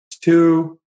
two